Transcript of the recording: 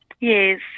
yes